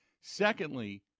Secondly